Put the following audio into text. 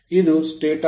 ಇದು ಸ್ಟಾಟರ್ ಕ್ಷೇತ್ರ